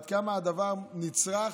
עד כמה הדבר נצרך.